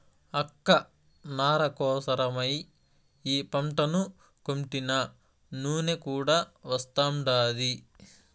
అక్క నార కోసరమై ఈ పంటను కొంటినా నూనె కూడా వస్తాండాది